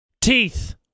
Teeth